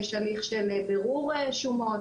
יש הליך של בירור שומות,